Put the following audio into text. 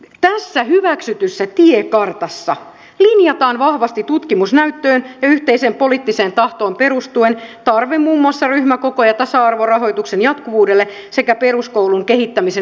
tässä hyväksytyssä tiekartassa linjataan vahvasti tutkimusnäyttöön ja yhteiseen poliittiseen tahtoon perustuen tarve muun muassa ryhmäkoko ja tasa arvorahoituksen jatkuvuudelle sekä peruskoulun kehittämisen erillisrahoitukselle